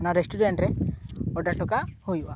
ᱚᱱᱟ ᱨᱮᱥᱴᱩᱨᱮᱱᱴ ᱨᱮ ᱚᱰᱟᱨ ᱦᱚᱴᱚ ᱠᱟᱜ ᱦᱩᱭᱩᱜᱼᱟ